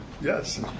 Yes